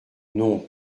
non